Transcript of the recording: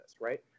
right